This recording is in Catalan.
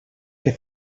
que